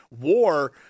war